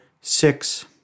six